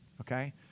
okay